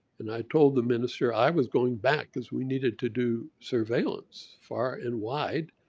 and i told the minister i was going back because we needed to do surveillance far and wide.